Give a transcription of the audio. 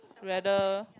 whether